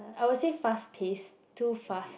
I will say fast pace too fast